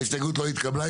ההסתייגות לא התקבלה.